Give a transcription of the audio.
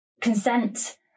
consent